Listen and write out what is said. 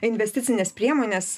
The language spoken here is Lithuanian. investicines priemones